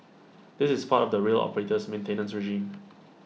this is part of the rail operator's maintenance regime